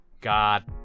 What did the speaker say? God